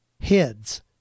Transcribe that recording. heads